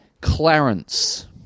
Clarence